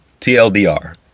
TLDR